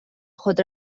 خود